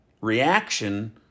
reaction